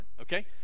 okay